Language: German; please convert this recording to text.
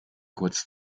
kurz